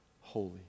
holy